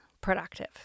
productive